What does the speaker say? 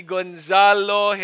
Gonzalo